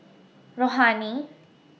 Rohani